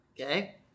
okay